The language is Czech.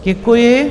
Děkuji.